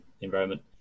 environment